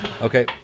Okay